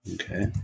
Okay